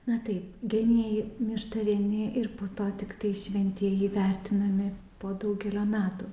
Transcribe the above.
na taip genijai miršta vieni ir po to tiktai šventieji vertinami po daugelio metų